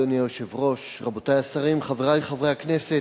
אדוני היושב-ראש, רבותי השרים, חברי חברי הכנסת,